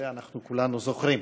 את זה אנחנו כולנו זוכרים.